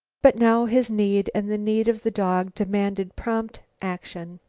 but now his need and the need of the dog demanded prompt action.